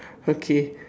okay